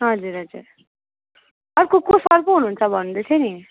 हजुर हजुर अर्को को सर पो हुनुहुन्छ भन्दै थियो नि